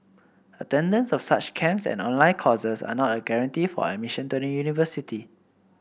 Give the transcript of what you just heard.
attendance of such camps and online courses are not a guarantee for admission to the university